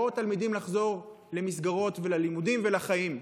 לעוד תלמידים לחזור למסגרות וללימודים ולחיים?